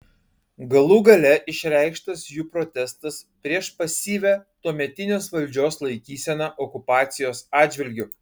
galų gale išreikštas jų protestas prieš pasyvią tuometinės valdžios laikyseną okupacijos atžvilgiu